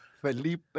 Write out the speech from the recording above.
Felipe